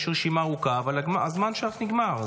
יש רשימה ארוכה, אבל הזמן שלך נגמר.